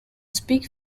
speak